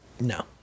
No